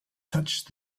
touched